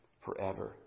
forever